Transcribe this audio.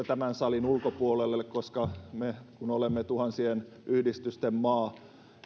tämän salin ulkopuolelle me kun olemme tuhansien yhdistysten maa